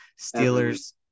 Steelers